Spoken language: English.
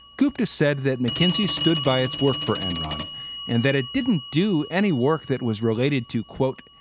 gupta said that mckinsey stood by its work for enron and that it didn't do any work that was related to, quote,